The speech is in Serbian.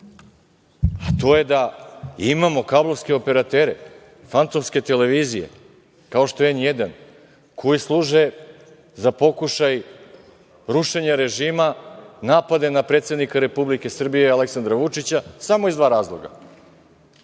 a to je da imamo kablovske operatere, fantomske televizije, kao što je N1, koji služe za pokušaj rušenja režima, napade na predsednika Republike Srbije, Aleksandra Vučića, samo iz dva razloga,